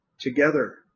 Together